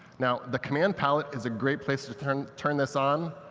now, the command palette is a great place to turn turn this on.